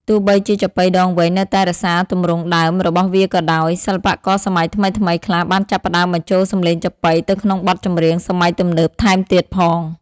ទោះបីជាចាប៉ីដងវែងនៅតែរក្សាទម្រង់ដើមរបស់វាក៏ដោយ សិល្បករសម័យថ្មីៗខ្លះបានចាប់ផ្តើមបញ្ចូលសម្លេងចាប៉ីទៅក្នុងបទចម្រៀងសម័យទំនើបថែមទៀតផង។